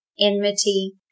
enmity